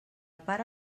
pare